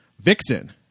vixen